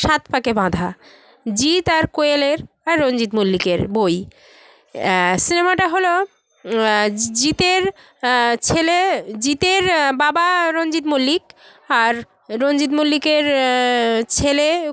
সাত পাকে বাঁধা জিৎ আর কোয়েলের আর রঞ্জিত মল্লিকের বই সিনেমাটা হলো জিতের ছেলে জিতের বাবা রঞ্জিত মল্লিক আর রঞ্জিত মল্লিকের ছেলে